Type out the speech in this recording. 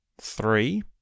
three